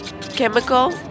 chemical